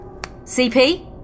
CP